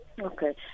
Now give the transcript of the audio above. Okay